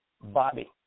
Bobby